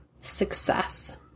success